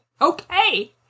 okay